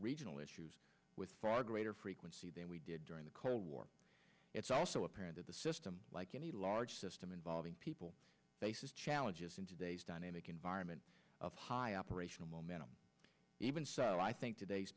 regional issues with far greater frequency than we did during the cold war it's also apparent that the system like any large system involving people faces challenges in today's dynamic environment of high operational momentum even so i think today's